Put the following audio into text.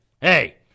Hey